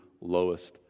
lowest